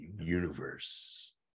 Universe